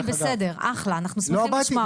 דעתך היא בסדר, אחלה, אנחנו שמחים לשמוע אותה.